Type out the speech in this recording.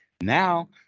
now